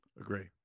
Agree